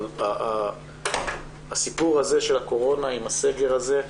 אבל הסיפור הזה של הקורונה עם הסגר הזה,